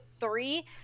three